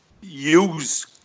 use